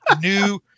new